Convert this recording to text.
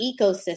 ecosystem